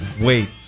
wait